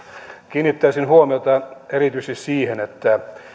kiinnittäisin huomiota erityisesti siihen että